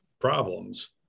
problems